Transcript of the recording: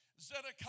Zedekiah